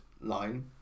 line